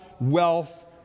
wealth